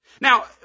Now